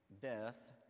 death